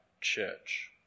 church